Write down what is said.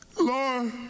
Lord